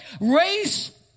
race